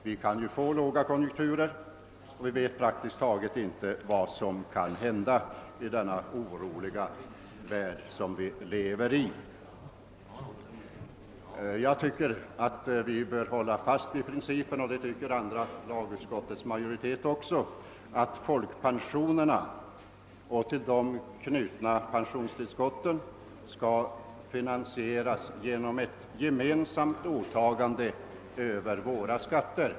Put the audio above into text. Vi kan få låga konjunkturer; vi vet praktiskt taget inte alls vad som kan hända i den oroliga värld som vi lever i. Liksom andra lagutskottets majoritet anser jag att vi bör hålla fast vid principen att folkpensionerna och de till dem knutna pensionstillskotten skall finansieras genom ett gemensamt åtagande över våra skatter.